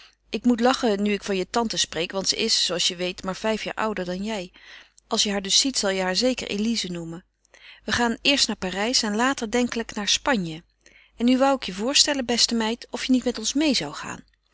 ik moet lachen nu ik van je tante spreek want ze is zooals je weet maar vijf jaar ouder dan jij als je haar dus ziet zal je haar zeker elize noemen we gaan eerst naar parijs en later denkelijk naar spanje en nu wou ik je voorstellen beste meid of je niet met ons meê zou gaan